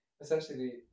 essentially